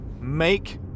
make